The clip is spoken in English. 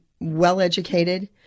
well-educated